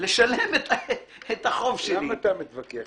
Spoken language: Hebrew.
לשלם את החוב שלי --- למה אתה מתווכח?